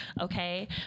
okay